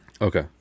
Okay